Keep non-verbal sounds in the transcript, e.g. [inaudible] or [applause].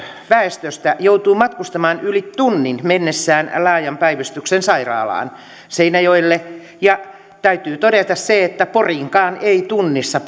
väestöstä joutuu matkustamaan yli tunnin mennessään laajan päivystyksen sairaalaan seinäjoelle ja täytyy todeta se että poriinkaan ei tunnissa [unintelligible]